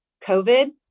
COVID